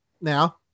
now